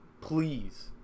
Please